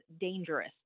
dangerous